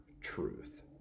truth